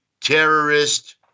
terrorist